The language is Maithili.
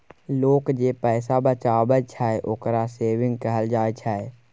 लोक जे पैसा बचाबइ छइ, ओकरा सेविंग कहल जाइ छइ